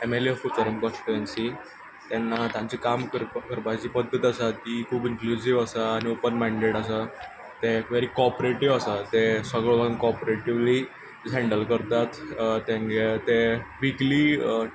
M L A of Curchorem constituency तेन्ना तांची काम करपाची पदत आसा ती खूब इनक्लूजीव आसा आनी ओपन मायनडेड आसा ते व्हेरी कॉपरेटीव आसात ते सगळो वर्क कॉपरेटीवली हेंडल करतात तेंगे ते व्हीकली